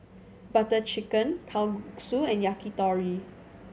Butter Chicken Kalguksu and Yakitori